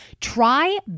Try